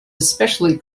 especially